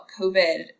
COVID